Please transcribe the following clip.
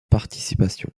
participation